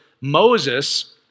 Moses